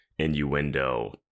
innuendo